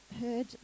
heard